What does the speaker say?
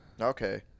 Okay